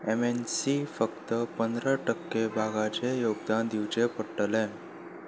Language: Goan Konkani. एम एन सी फक्त पंदरा टक्के भागाचें योगदान दिवचे पडटलें